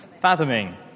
Fathoming